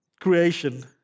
creation